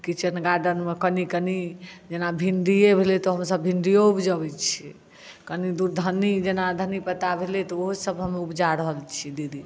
तऽ किचेन गार्डेनमे कनी कनी जेना भिण्डिये भेलै तऽ हमसब भिन्डियो ऊपजबै छियै कनी दूर धनी जेना धनी पत्ता भेलै तऽ ओहोसब हम ऊपजा रहल छियै दीदी